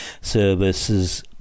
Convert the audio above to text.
services